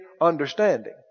understanding